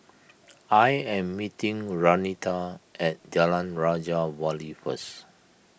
I am meeting Renita at Jalan Raja Wali first